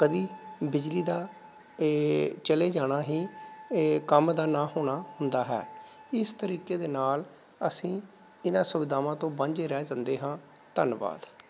ਕਦੀ ਬਿਜਲੀ ਦਾ ਚਲੇ ਜਾਣਾ ਹੀ ਕੰਮ ਦਾ ਨਾ ਹੋਣਾ ਹੁੰਦਾ ਹੈ ਇਸ ਤਰੀਕੇ ਦੇ ਨਾਲ ਅਸੀਂ ਇਨ੍ਹਾਂ ਸੁਵਿਧਾਵਾਂ ਤੋਂ ਵਾਂਝੇ ਰਹਿ ਜਾਂਦੇ ਹਾਂ ਧੰਨਵਾਦ